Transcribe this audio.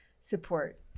support